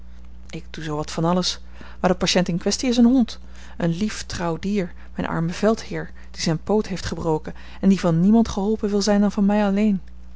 ik doe zoo wat van alles maar de patiënt in kwestie is een hond een lief trouw dier mijn arme veldheer die zijn poot heeft gebroken en die van niemand geholpen wil zijn dan van mij alleen